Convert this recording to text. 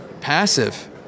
passive